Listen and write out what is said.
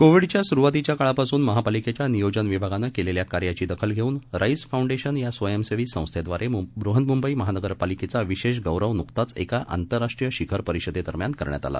कोविडच्यासुरुवातीच्याकाळापासूनमहापालिकेच्यानियोजनविभागानंकेलेल्याकार्याचीदखलघेऊनराईज़फाउंडेशन यास्वयंसेवीसंस्थेद्वारेब्हन्मुंबईमहानगरपालिकेचाविशेषगौरवनुकताचएकाआंतरराष्ट्रीयशिखरपरिषदे दरम्यानकरण्यातआला